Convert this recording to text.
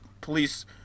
police